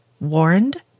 Warned